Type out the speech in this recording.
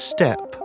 Step